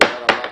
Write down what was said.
תודה רבה,